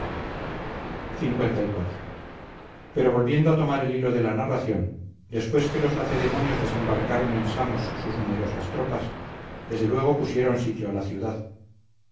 corcirenses liv pero volviendo a tomar el hilo de la narración después que los lacedemonios desembarcaron en samos sus numerosas tropas desde luego pusieron sitio a la ciudad